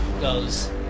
goes